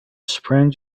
sprang